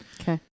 okay